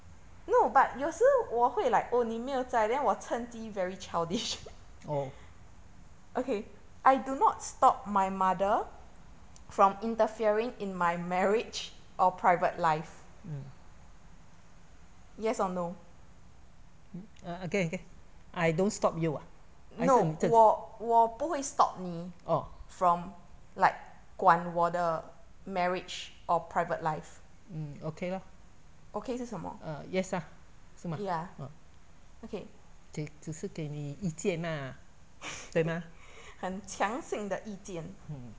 oh okay mm mm again again I don't stop you ah 还是你自己哦 mm okay lah ah yes ah 是吗哦给只是给你意见啦对吗 hmm